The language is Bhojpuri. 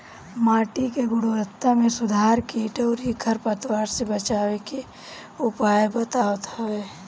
माटी के गुणवत्ता में सुधार कीट अउरी खर पतवार से बचावे के उपाय बतावत हवे